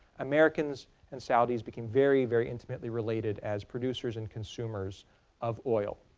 americans and saudis became very very intimately related as producers and consumers of oil.